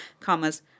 commas